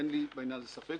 אין לי בעניין הזה ספק.